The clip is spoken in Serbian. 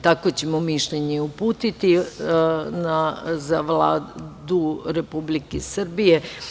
Takvo ćemo mišljenje i uputiti za Vladu Republike Srbije.